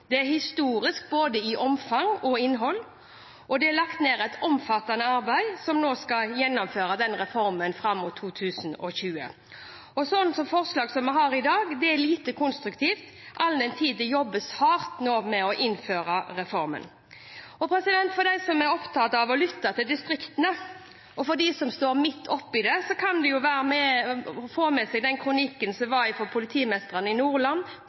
Det er historisk både i omfang og innhold, og det er lagt ned et omfattende arbeid med å skulle gjennomføre reformen fram til 2020. Et forslag som det vi behandler i dag, er lite konstruktivt, all den tid det jobbes hardt med å innføre reformen. De som er opptatt av å lytte til distriktene, og de som står midt oppe i det, kan lese kronikken i VG fra politimesterne i Nordland, Troms og Møre og Romsdal. Den